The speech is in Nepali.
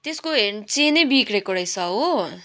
त्यसको हेर न चेन नै बिग्रेको रहेछ हो